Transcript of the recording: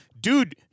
dude